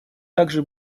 также